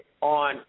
on